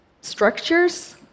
structures